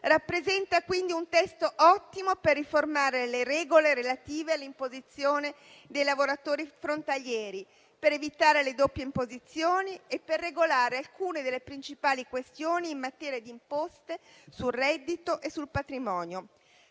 rappresenta quindi un testo ottimo per riformare le regole relative all'imposizione dei lavoratori frontalieri; per evitare le doppie imposizioni e per regolare alcune delle principali questioni in materia di imposte sul reddito e sul patrimonio.